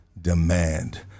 demand